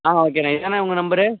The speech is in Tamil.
ஆ ஓகேண்ணே இதுதானே உங்கள் நம்பரு